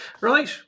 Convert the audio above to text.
Right